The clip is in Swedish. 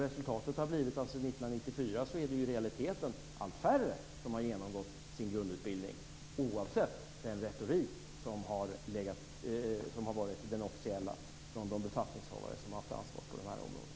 Resultatet har blivit att sedan 1994 är det i realiteten allt färre som har genomgått sin grundutbildning oavsett den retorik som har varit den officiella från de befattningshavare som har haft ansvaret på de här områdena.